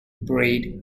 breed